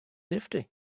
nifty